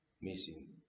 missing